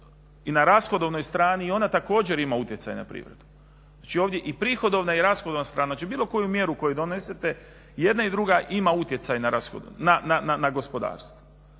i na rashodovnoj strani i ona također ima utjecaj na privredu, znači ovdje i prihodovna i rashodovna strana, znači bilo koju mjeru koju donesete i jedna i druga ima utjecaj na gospodarstvo.